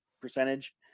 percentage